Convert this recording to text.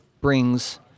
brings